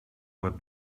web